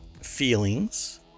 feelings